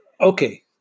Okay